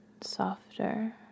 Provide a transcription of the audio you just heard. softer